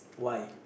why